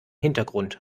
hintergrund